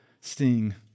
sting